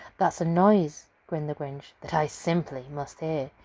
that's a noise, grinned the grinch, that i simply must hear!